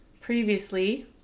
previously